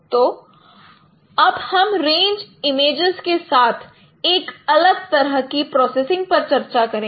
तो अब हम रेंज इमेजेस के साथ एक अलग तरह की प्रोसेसिंग पर चर्चा करेंगे